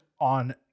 on